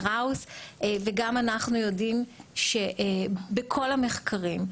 גם אנחנו יודעים שבכל המחקרים,